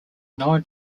known